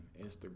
instagram